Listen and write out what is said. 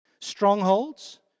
strongholds